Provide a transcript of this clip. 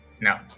No